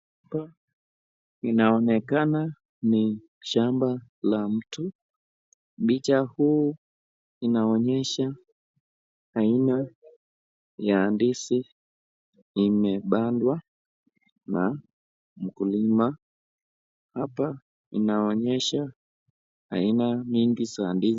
Hapa inaonekana ni shamba la mtu, picha huu inaonyesha aina ya ndizi imepandwa na mkulima, hapa inaonyesha aina mingi za ndizi.